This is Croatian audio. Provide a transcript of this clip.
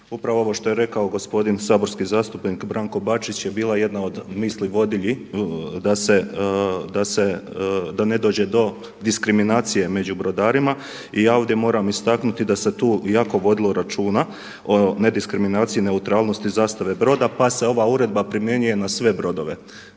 Upravo ovo što je rekao gospodin saborski zastupnik Branko Bačić je bila jedna od misli vodilja da ne dođe do diskriminacije među brodarima i ja ovdje moram istaknuti da se tu jako vodilo računa o nediskriminaciji neutralnosti zastave broda pa se ova uredba primjenjuje na sve brodove.